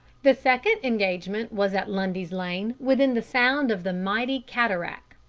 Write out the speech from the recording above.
the second engagement was at lundy's lane, within the sound of the mighty cataract.